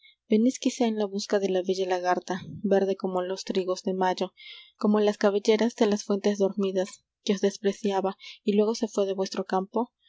en la busca de la bella lagarta verde como los trigos de mayo como las cabelleras de las fuentes dormidas que os despreciaba y luego se fué de vuestro campo